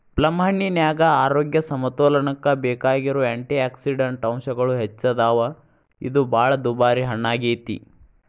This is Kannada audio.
ಪ್ಲಮ್ಹಣ್ಣಿನ್ಯಾಗ ಆರೋಗ್ಯ ಸಮತೋಲನಕ್ಕ ಬೇಕಾಗಿರೋ ಆ್ಯಂಟಿಯಾಕ್ಸಿಡಂಟ್ ಅಂಶಗಳು ಹೆಚ್ಚದಾವ, ಇದು ಬಾಳ ದುಬಾರಿ ಹಣ್ಣಾಗೇತಿ